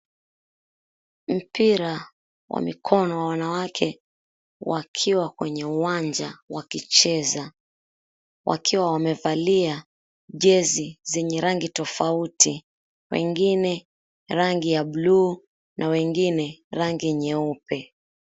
Mpira wa mikono wa wanawake wakiwa kwenye uwanja wakicheza. Wakiwa wamevalia jezi zenye rangi tofauti, wengine rangi ya bluu na wengine rangi nyeupe.